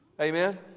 Amen